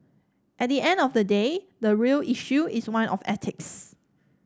at the end of the day the real issue is one of ethics